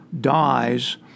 dies